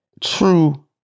True